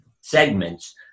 segments